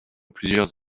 plusieurs